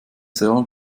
server